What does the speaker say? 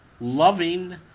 loving